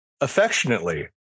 affectionately